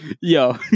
yo